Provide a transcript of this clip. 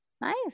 Nice